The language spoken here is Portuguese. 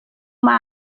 uma